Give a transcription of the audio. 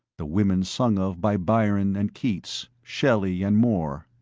the women sung of by byron and keats, shelly and moore.